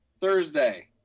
Thursday